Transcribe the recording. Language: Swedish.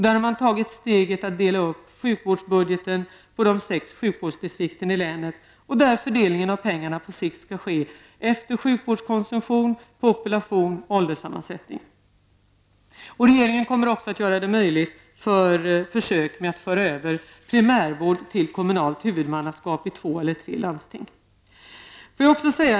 Man har där tagit steget att dela upp sjukvårdsbudgeten på de sex sjukvårdsdistrikten i länet. Fördelningen av pengarna skall på sikt ske efter sjukvårdskonsumtion, population och ålderssammansättning. Regeringen kommer också att göra det möjligt att genomföra försök med att föra över primärvård till kommunalt huvudmannaskap i två eller tre landsting.